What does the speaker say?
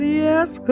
yes